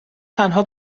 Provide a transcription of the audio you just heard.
تنها